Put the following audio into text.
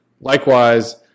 Likewise